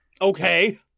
Okay